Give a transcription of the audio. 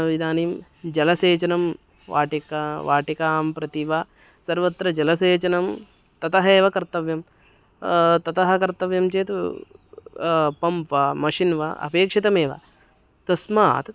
इदानीं जलसेचनं वाटिका वाटिकां प्रति वा सर्वत्र जलसेचनं ततः एव कर्तव्यं ततः कर्तव्यं चेत् पम्प् वा मशिन् वा अपेक्षितमेव तस्मात्